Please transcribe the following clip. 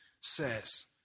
says